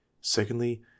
Secondly